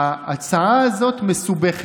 ההצעה הזאת מסובכת.